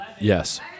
Yes